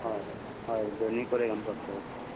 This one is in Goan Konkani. हय हय दोनूय कडेन आमकां पळोवपाक जाय